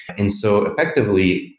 and so, effectively,